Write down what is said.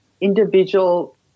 individual